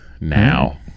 now